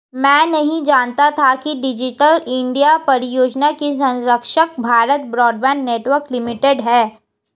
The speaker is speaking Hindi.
मैं नहीं जानता था कि डिजिटल इंडिया परियोजना की संरक्षक भारत ब्रॉडबैंड नेटवर्क लिमिटेड है